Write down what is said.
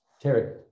Terry